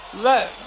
Let